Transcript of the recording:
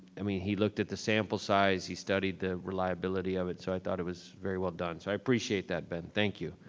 i mean, he looked at the sample sample size, he studied the reliability of it. so i thought it was very well done. so i appreciate that, ben. thank you.